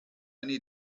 need